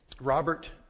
Robert